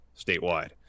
statewide